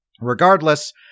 Regardless